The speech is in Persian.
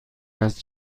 است